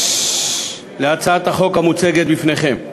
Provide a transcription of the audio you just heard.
להצעת החוק המוצגת בפניכם.